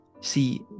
see